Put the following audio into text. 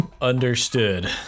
Understood